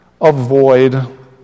avoid